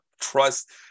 trust